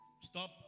Stop